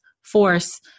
force